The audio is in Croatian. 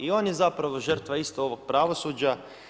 I on je zapravo žrtva isto ovog pravosuđa.